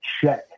check